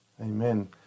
Amen